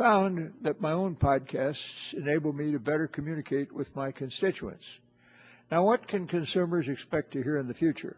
found that my own podcasts enable me to better communicate with my constituents now what can consumers expect to hear in the future